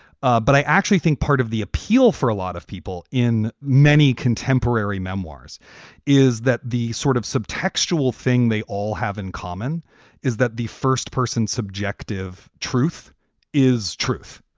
ah but i actually think part of the appeal for a lot of people in many contemporary memoirs is that the sort of subtextual thing they all have in common is that the first person subjective truth is truth,